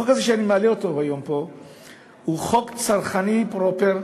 החוק הזה שאני מעלה היום פה הוא חוק צרכני פרופר,